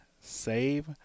Save